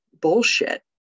bullshit